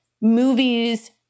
movies